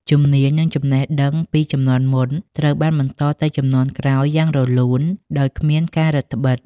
ជំនាញ និងចំណេះដឹងពីជំនាន់មុនត្រូវបានបន្តទៅជំនាន់ក្រោយយ៉ាងរលូន ដោយគ្មានការរឹតត្បិត។